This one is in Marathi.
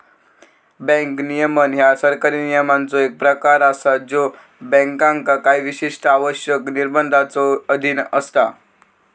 बँक नियमन ह्या सरकारी नियमांचो एक प्रकार असा ज्यो बँकांका काही विशिष्ट आवश्यकता, निर्बंधांच्यो अधीन असता